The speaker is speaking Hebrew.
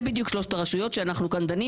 זה בדיוק שלוש הרשויות שאנחנו כאן דנים